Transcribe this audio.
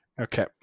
Okay